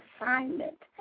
assignment